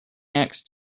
next